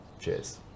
cheers